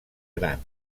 gran